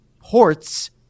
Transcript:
ports